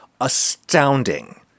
astounding